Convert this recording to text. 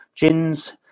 Gins